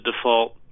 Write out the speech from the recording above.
default